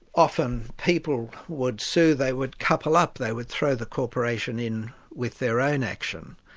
often people would sue, they would couple up, they would throw the corporation in with their own action,